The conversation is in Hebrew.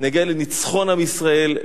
נגיע לניצחון עם ישראל,